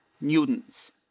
newtons